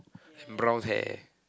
brown hair